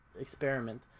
experiment